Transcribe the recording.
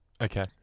Okay